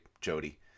Jody